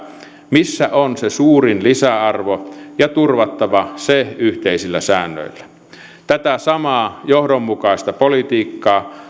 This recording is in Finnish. missä on se suurin lisäarvo ja turvattava se yhteisillä säännöillä tätä samaa johdonmukaista politiikkaa